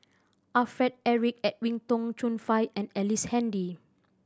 Alfred Eric Edwin Tong Chun Fai and Ellice Handy